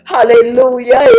Hallelujah